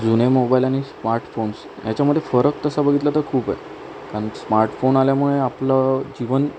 जुने मोबाईल आणि स्मार्टफोन्स याच्यामध्ये फरक तसा बघितला तर खूप आहे कारण स्मार्टफोन आल्यामुळे आपलं जीवन